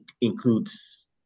includes